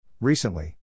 Recently